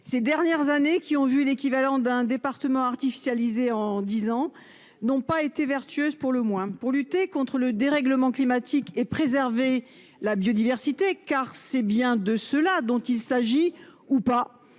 Ces dernières années qui ont vu l'équivalent d'un département artificialiser en 10 ans n'ont pas été vertueuse pour le moins pour lutter contre le dérèglement climatique et préserver la biodiversité. Car c'est bien de cela dont il s'agit ou pas.